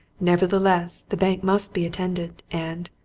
nevertheless, the bank must be attended, and,